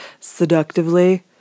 seductively